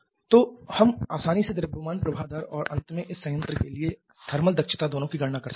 तो हम आसानी से द्रव्यमान प्रवाह दर और अंत में इस संयंत्र के लिए थर्मल दक्षता दोनों की गणना कर सकते हैं